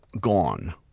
gone